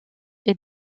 est